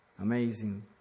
Amazing